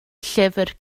llyfr